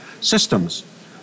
systems